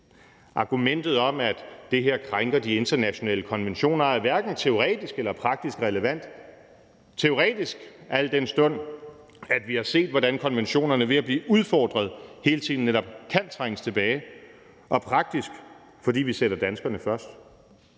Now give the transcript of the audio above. Argumentet om, at det her krænker de internationale konventioner, er hverken teoretisk eller praktisk relevant; teoretisk, al den stund at vi har set, hvordan konventionerne – ved at blive udfordret hele tiden – netop kan trænges tilbage, og praktisk fordi vi sætter danskerne først.